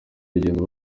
urugendo